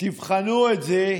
תבחנו את זה,